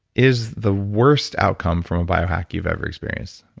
is the worst outcome from a bio-hack you've ever experienced?